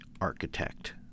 architect